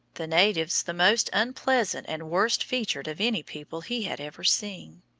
the natives the most unpleasant and worst-featured of any people he had ever seen.